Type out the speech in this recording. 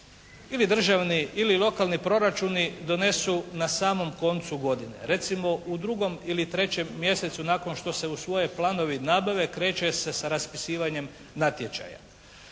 ili državni ili lokalni proračuni donesu na samom koncu godine recimo u 2. ili 3. mjesecu nakon što se usvoje planovi nabave kreće se sa raspisivanjem natječaja.